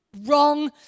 wrong